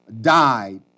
died